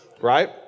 right